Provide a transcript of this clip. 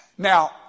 Now